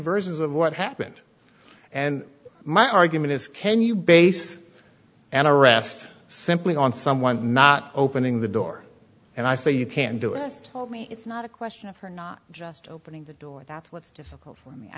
versions of what happened and my argument is can you base and arrest simply on someone not opening the door and i say you can do is tell me it's not a question of her not just opening the door that's what's difficult for me i